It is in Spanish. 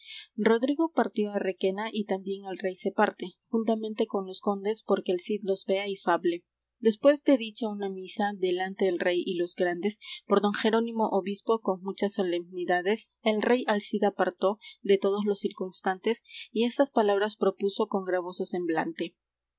rodrigo partió á requena y también el rey se parte juntamente con los condes porque el cid los vea y fable después de dicha una misa delante el rey y los grandes por don jerónimo obispo con muchas solemnidades el rey al cid apartó de todos los circunstantes y estas palabras propuso con gravedoso semblante